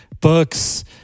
book's